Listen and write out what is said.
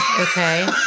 Okay